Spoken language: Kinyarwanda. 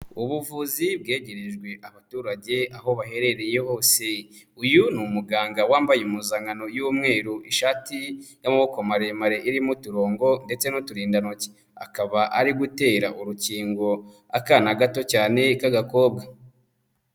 Ubuvuzi bwegerejwe abaturage aho baherereye hose. Uyu ni umuganga wambaye impuzankano y'umweru, ishati y'amaboko maremare irimo uturongo ndetse n'uturindantoki. Akaba ari gutera urukingo akana gato cyane k'agakobwa.